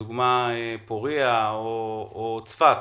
לדוגמה בפורייה או בצפת,